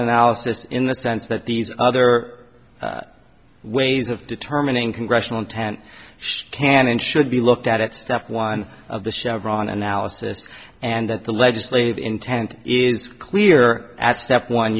analysis in the sense that these other ways of determining congressional intent can and should be looked at step one of the chevron analysis and at the legislative intent is clear at step one